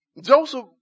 Joseph